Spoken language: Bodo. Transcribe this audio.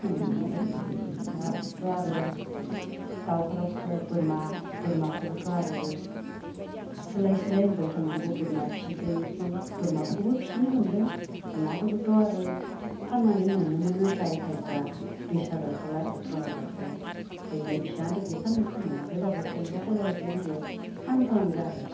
ओं आरो दाथ' आरो दाउफोराबोथ' बोरमा बोरमाखौथ' आरबो सोलाय सोलाय होबाय थानांगौ बोरमा फिसिदों बिदिनो बोरमाफोरखौबो फिसिनो मोनदों अमाफोरखौथ' आरो फाननानै मोनोमोन जाय भायग'आ बिस हाजार खालाय अथ्र' हाजार खालाय जोंनिया बेसेबांहालागै फाननो मोनाखैबाबो फन्द्र सलल' बेफोरबायदियाव फानफ्लांदों आरो